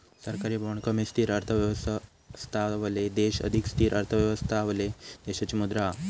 सरकारी बाँड कमी स्थिर अर्थव्यवस्थावाले देश अधिक स्थिर अर्थव्यवस्थावाले देशाची मुद्रा हा